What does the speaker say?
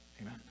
amen